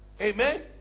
Amen